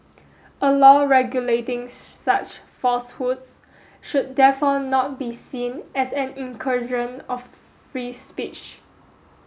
a law regulating such falsehoods should therefore not be seen as an incursion of free speech